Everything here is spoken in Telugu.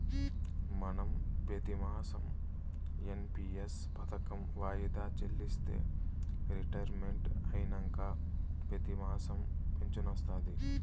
మనం పెతిమాసం ఎన్.పి.ఎస్ పదకం వాయిదా చెల్లిస్తే రిటైర్మెంట్ అయినంక పెతిమాసం ఫించనొస్తాది